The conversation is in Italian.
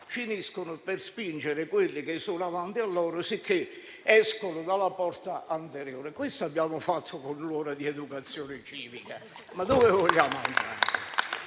finiscono per spingere quelli che sono davanti a loro, sicché escono dalla porta anteriore. Questo è quello che abbiamo fatto con l'ora di educazione civica. Ma dove vogliamo andare?